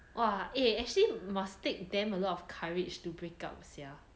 !wah! eh actually must take damn a lot of courage to break up sia